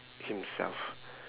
himself